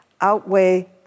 outweigh